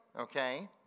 okay